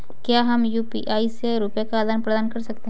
क्या हम यू.पी.आई से रुपये का आदान प्रदान कर सकते हैं?